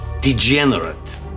Degenerate